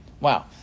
Wow